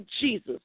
Jesus